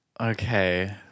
Okay